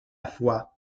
fois